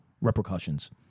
repercussions